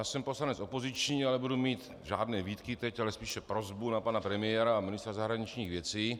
Já jsem poslanec opoziční, ale nebudu mít žádné výtky teď, ale spíše prosbu na pana premiéra a ministra zahraničních věcí.